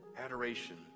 adoration